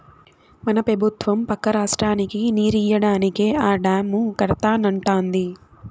మన పెబుత్వం పక్క రాష్ట్రానికి నీరియ్యడానికే ఆ డాము కడతానంటాంది